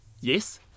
yes